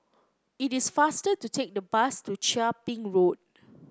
it is faster to take the bus to Chia Ping Road